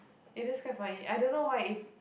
eh that's quite funny I don't why if